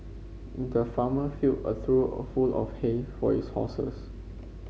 the farmer filled a trough of full of hay for his horses